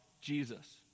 Jesus